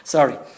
Sorry